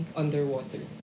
underwater